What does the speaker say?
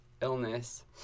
illness